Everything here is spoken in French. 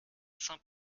saint